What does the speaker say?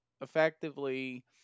effectively